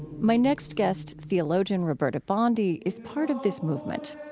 my next guest, theologian roberta bondi, is part of this movement.